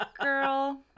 Girl